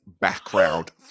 background